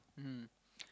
mmhmm